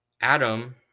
Adam